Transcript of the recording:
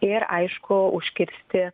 ir aišku užkirsti